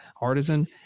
artisan